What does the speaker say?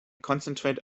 concentrate